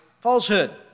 falsehood